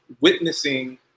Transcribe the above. witnessing